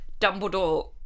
Dumbledore